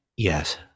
Yes